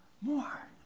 More